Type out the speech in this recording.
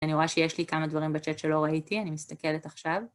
אני רואה שיש לי כמה דברים בצ'אט שלא ראיתי, אני מסתכלת עכשיו.